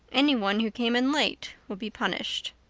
anyone who came in late would be punished.